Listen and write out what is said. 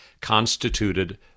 constituted